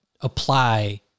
apply